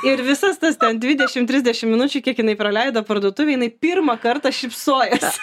ir visas tas ten dvidešimt trisdešimt minučių kiek jinai praleido parduotuvėj jinai pirmą kartą šypsojosi